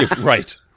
Right